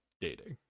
dating